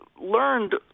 learned